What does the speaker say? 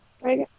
Right